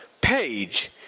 page